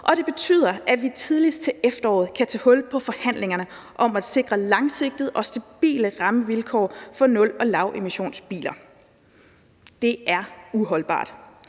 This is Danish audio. det betyder, at vi tidligst til efteråret kan tage hul på forhandlingerne om at sikre langsigtede og stabile rammevilkår for nul- og lavemissionsbiler. Det er uholdbart,